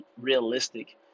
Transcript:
realistic